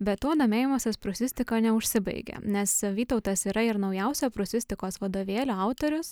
be tuo domėjimasis prūsistika neužsibaigia nes vytautas yra ir naujausio prūsistikos vadovėlio autorius